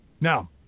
Now